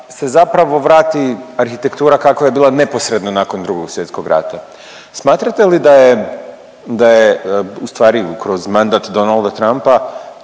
se zapravo vrati arhitektura kakva je bila neposredno nakon Drugog svjetskog rata. Smatrate li da je, da je u stvari kroz mandat Donalda Trumpa